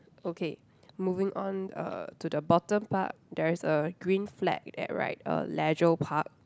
okay moving on uh to the bottom part there is a green flag that write uh leisure park